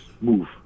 Move